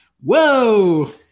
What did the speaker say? whoa